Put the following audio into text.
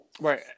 right